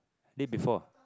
date before